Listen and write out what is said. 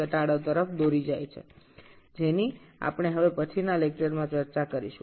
এটা আমরা পরবর্তী অধ্যায়ে আলোচনা করব